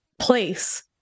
place